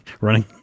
running